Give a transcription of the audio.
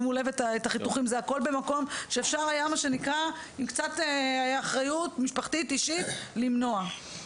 הכול במקום שאפשר היה עם קצת אחריות אישית ומשפחתית למנוע.